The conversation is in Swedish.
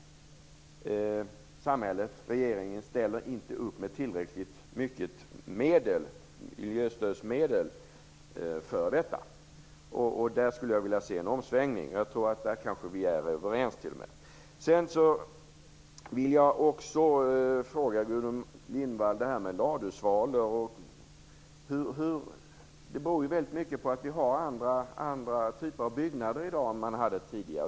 Samhället - regeringen - ställer dock inte upp med tillräckligt mycket miljöstödsmedel för detta. Där skulle jag vilja se en omsvängning, och där tror jag att vi kanske t.o.m. är överens. Lindvall apropå det här med ladusvalor. Deras tillbakagång beror ju mycket på att vi har andra typer av byggnader i dag än tidigare.